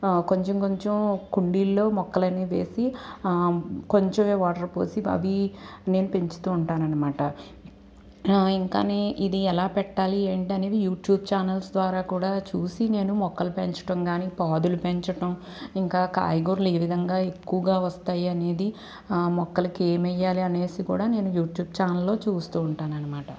కొంచెం కొంచెం కుండీల్లో మొక్కలు అన్ని వేసి కొంచెమే వాటర్ పోసి అవి నేను పెంచుతూ ఉంటాను అనమాట ఇంకానే ఇది ఎలా పెట్టాలి ఏంటి అనేది యూట్యూబ్ ఛానల్స్ ద్వారా కూడా చూసి నేను మొక్కలు పెంచడం కానీ పాదులు పెంచడం ఇంకా కాయగూరలు ఏ విధంగా ఎక్కువగా వస్తాయి అనేది ఆ మొక్కలకి ఏమయ్యాలి అనేసి కూడా నేను యూట్యూబ్ ఛానల్లో చూస్తూ ఉంటాను అనమాట